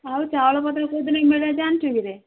ଆଉ ଚାଉଳ ପତ୍ର କୋଉଦିନ ମିଳେ ଜାଣିଛୁ କିରେ